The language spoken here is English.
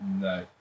No